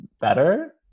better